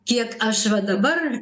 kiek aš va dabar